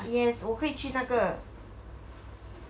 yes 我可以去那个